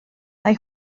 mae